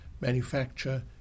manufacture